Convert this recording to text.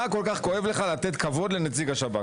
מה כל כך כואב לך לתת כבוד לנציג השב"כ?